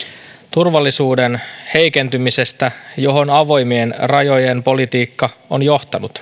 turvallisuuden heikentymisestä johon avoimien rajojen politiikka on johtanut